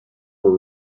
were